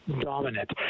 dominant